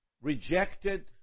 rejected